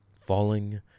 Falling